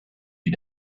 you